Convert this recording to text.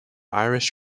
irish